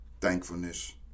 thankfulness